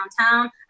downtown